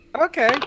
Okay